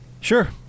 Sure